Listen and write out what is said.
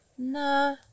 Nah